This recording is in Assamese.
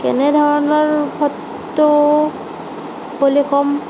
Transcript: কেনে ধৰণৰ ফটো বুলি ক'ম